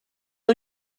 由于